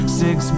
six